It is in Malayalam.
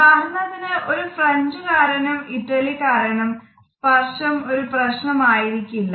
ഉദാഹരണത്തിന് ഒരു ഫ്രഞ്ച്കാരനും ഇറ്റലിക്കാരനും സ്പർശം ഒരു പ്രശ്നം ആയിരിക്കില്ല